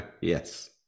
Yes